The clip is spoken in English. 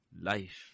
life